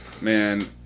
man